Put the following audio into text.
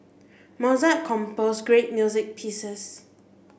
Mozart composed great music pieces